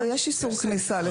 לא, יש איסור כניסה לשדה משחק.